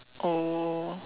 oh